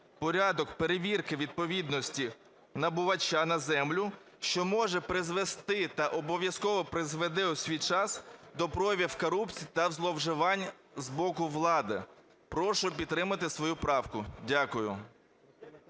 порядок перевірки відповідності набувача на землю, що може призвести та обов'язково призведе у свій час до проявів корупції та зловживань з боку влади? Прошу підтримати свою правку. Дякую.